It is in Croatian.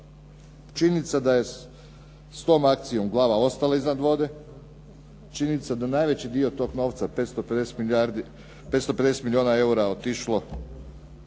Činjenica je da je s tom akcijom glava ostala iznad vode, činjenica je da najveći dio tog novca, 550 milijuna eura je otišlo